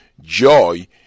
joy